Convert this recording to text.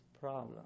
problem